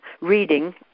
reading